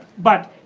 but,